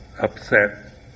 upset